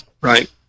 Right